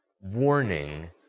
warning